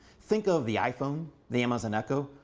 think of the iphone, the amazon echo,